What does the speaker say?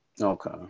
Okay